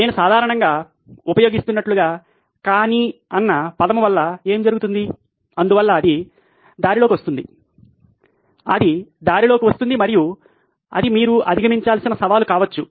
నేను సాధారణంగా ఉపయోగిస్తున్నట్లుగా 'కానీ' అన్న పదము వల్ల ఏమి జరుగుతుంది అందువల్ల అది మనకు అనుగుణంగా వస్తుంది అది మన దారిలో ఎదురు అవుతుంది మరియు అది మీరు అధిగమించాల్సిన సవాలు కావచ్చు